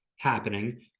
Happening